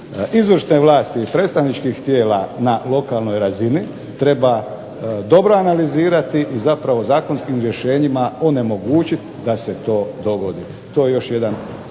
izvršne vlasti i predstavničkih tijela na lokalnoj razini treba dobro analizirati i zapravo zakonskim rješenjima onemogućiti da se to dogodi. To je argument